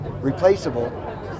replaceable